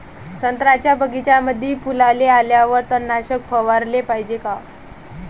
संत्र्याच्या बगीच्यामंदी फुलाले आल्यावर तननाशक फवाराले पायजे का?